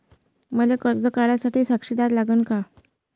मले कर्ज काढा साठी साक्षीदार लागन का?